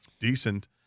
decent